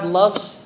loves